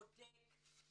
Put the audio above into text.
בודק,